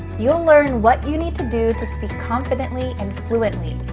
you'll learn what you need to do, to speak confidently and fluently.